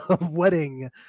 wedding